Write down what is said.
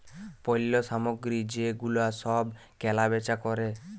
পল্য সামগ্রী যে গুলা সব কেলা বেচা ক্যরে